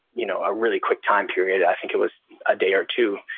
you know, a really quick time period. i think it was a day or two.